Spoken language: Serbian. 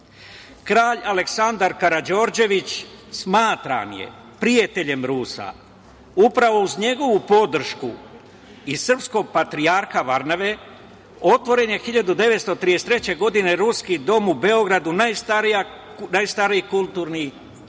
Aleksandar Karađorđević smatran je prijateljem Rusa. Upravo uz njegovu podršku i srpskog patrijarha Varnave otvoren je 1933. godine Ruski Dom u Beogradu, najstariji kulturni centar